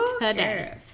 today